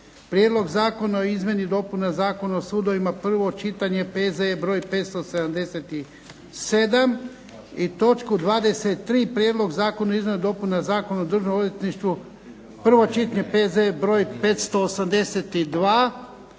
Prijedlog zakona o izmjeni i dopuni Zakona o sudovima prvo čitanje, P.Z. broj 577., i točku 23. Prijedlog zakona o izmjenama i dopunama Zakona o državnom odvjetništvu, prvo čitanje, P.Z. broj 582.